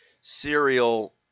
Serial